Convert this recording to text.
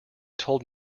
told